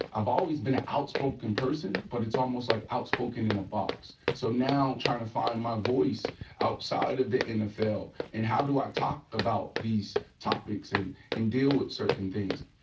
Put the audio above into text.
i've always been a outspoken person. but it's almost like outspoken in a box. so now i'm tryin' to find my voice outside of the nfl. and how do i talk about these topics, and and deal with certain things?